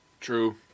True